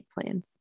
plan